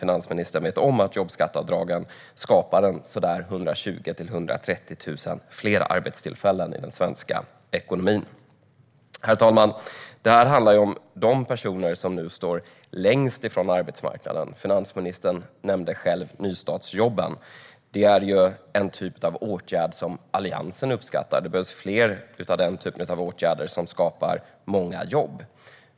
Finansministern vet nämligen att jobbskatteavdragen skapar 120 000-130 000 fler arbetstillfällen i den svenska ekonomin. Herr talman! Det handlar om de personer som står längst ifrån arbetsmarknaden. Finansministern nämnde själv nystartsjobben. Det är en typ av åtgärd som Alliansen uppskattar. Det behövs fler åtgärder av den typen, åtgärder som skapar många jobb.